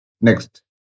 Next